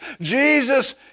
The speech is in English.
Jesus